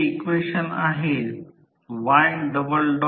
दिवसाच्या दरम्यान हे केले जाते कारण आम्हाला दिवसभर कार्यक्षमता आढळली आहे